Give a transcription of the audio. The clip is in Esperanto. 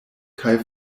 kaj